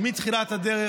שמתחילת הדרך,